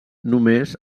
només